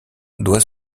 doit